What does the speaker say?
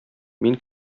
мин